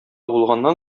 булганнан